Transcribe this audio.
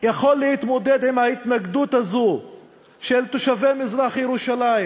עם ההתנגדות הזאת של תושבי מזרח-ירושלים